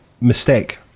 mistake